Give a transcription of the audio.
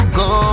go